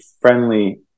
friendly